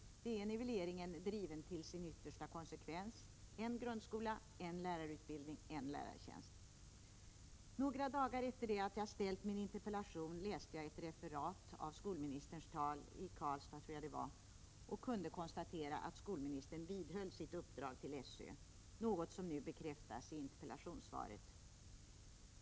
Det är nivelleringen driven till sin yttersta konsekvens: en grundskola, en lärarutbildning, en lärartjänst. Några dagar efter det att jag framställt min interpellation läste jag ett referat av ett tal som skolministern hållit — i Karlstad tror jag det var — och kunde konstatera att skolministern vidhöll sitt uppdrag till SÖ, något som nu bekräftas i interpellationssvaret.